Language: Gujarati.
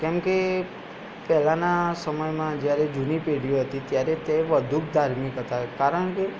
કેમ કે પહેલાના સમયમાં જ્યારે જૂની પેઢી હતી ત્યારે વધુ ધાર્મિક હતા કારણ કે